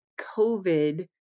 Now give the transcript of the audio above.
COVID